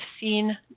seen